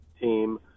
team